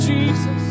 Jesus